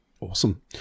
Awesome